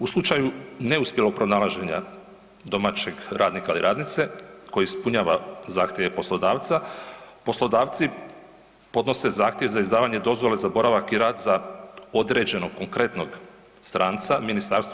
U slučaju neuspjelog pronalaženja domaćeg radnika ili radnice koji ispunjava zahtjeve poslodavca, poslodavci podnose zahtjev za izdavanje dozvole za boravak i rad za određenog konkretnog stranca MUP-u.